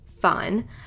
fun